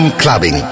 clubbing